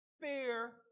fear